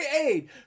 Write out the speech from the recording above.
aid